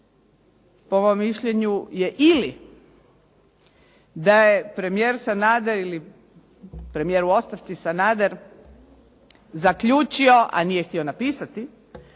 po mom mišljenju je ili da je premijer Sanader ili premijer u ostavci Sanader zaključio, a nije htio napisati